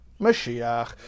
Mashiach